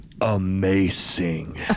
amazing